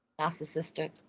Narcissistic